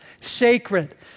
Sacred